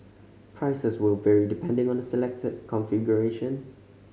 price is vary depending on the selected configuration